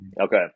okay